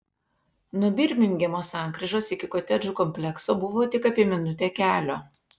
nuo birmingemo sankryžos iki kotedžų komplekso buvo tik apie minutę kelio